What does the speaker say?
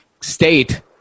state